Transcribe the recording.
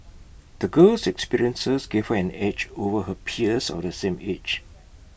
the girl's experiences gave her an edge over her peers of the same age